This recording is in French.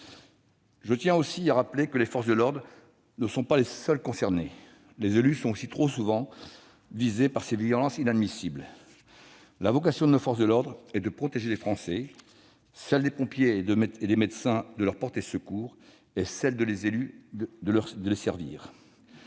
Je tiens aussi à le rappeler, les forces de l'ordre ne sont pas les seules concernées. Les élus sont eux aussi trop souvent visés par des violences inadmissibles. La vocation de nos forces de l'ordre est de protéger les Français, celle des pompiers ou des médecins de leur porter secours et celle des élus de